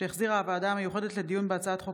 שהחזירה הוועדה המיוחדת לדיון בהצעת חוק